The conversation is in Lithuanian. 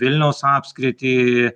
vilniaus apskritį